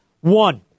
one